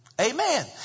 Amen